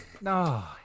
no